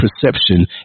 perception